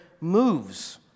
moves